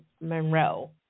Monroe